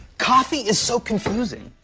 coffee is so confusing.